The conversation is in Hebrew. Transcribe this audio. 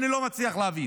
אני לא מצליח להבין.